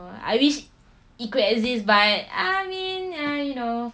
I wish it could exist but I mean ah you know